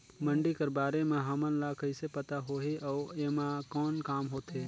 मंडी कर बारे म हमन ला कइसे पता होही अउ एमा कौन काम होथे?